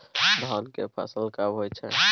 धान के फसल कब होय छै?